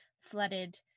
flooded